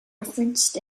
referenced